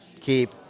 keep